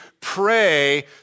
pray